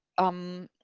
um,